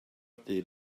dyn